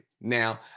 Now